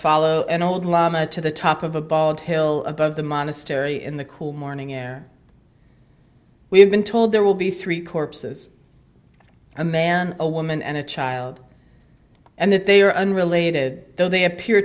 follow an old llama to the top of a bald hill above the monastery in the cool morning air we have been told there will be three corpses a man a woman and a child and that they are unrelated though they appear